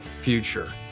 future